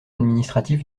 administratif